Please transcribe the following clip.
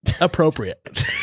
appropriate